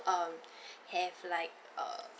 um have like a